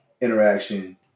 interaction